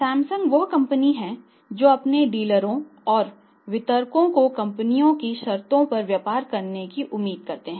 Samsung वह company है जो अपने डीलरों और वितरकों को कंपनी की शर्तों पर व्यापार करने की उम्मीद करती है